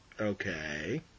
Okay